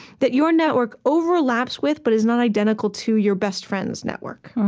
that your network overlaps with, but is not identical to, your best friend's network.